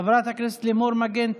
חברת הכנסת לימור מגן תלם,